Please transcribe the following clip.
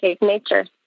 nature